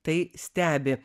tai stebi